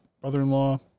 brother-in-law